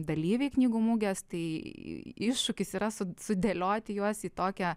dalyviai knygų mugės tai iššūkis yra su sudėlioti juos į tokią